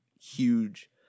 huge